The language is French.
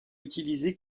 utilisés